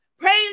Praise